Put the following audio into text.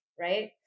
Right